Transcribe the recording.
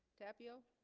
tapio